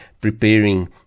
preparing